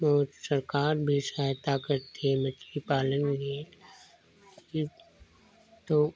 बहुत सरकार भी सहायता करती है मछली पालन में कि तो